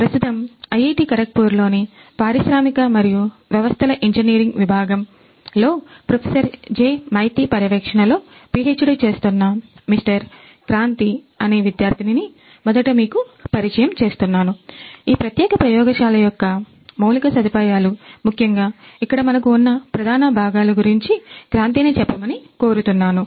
professor Maiti అనే విద్యార్థి ని మొదట మీకు పరిచయం చేస్తున్నాను ఈ ప్రత్యేక ప్రయోగశాల యొక్క మౌలిక సదుపాయాలు ముఖ్యంగా ఇక్కడ మనకు ఉన్న ప్రధాన భాగాలు గురించి క్రాంతి ని చెప్పమని కోరుతున్నాను